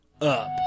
up